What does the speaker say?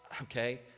okay